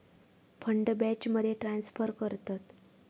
fund बॅचमध्ये transfer करतत